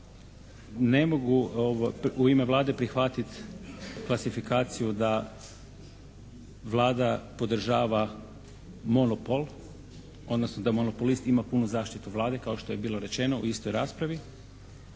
Ne mogu u ime Vlade prihvatiti klasifikaciju da Vlada podržava monopol, odnosno da monopolist ima punu zaštitu Vlade kao što je bilo rečeno u istoj raspravi,